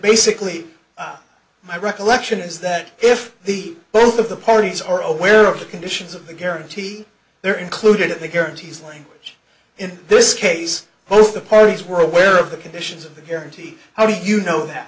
basically my recollection is that if the both of the parties are aware of the conditions of the guarantee they're included in the guarantees language in this case both the parties were aware of the conditions of the guarantee how do you know that